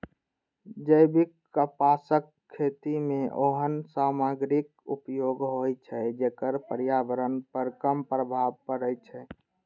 जैविक कपासक खेती मे ओहन सामग्रीक उपयोग होइ छै, जेकर पर्यावरण पर कम प्रभाव पड़ै छै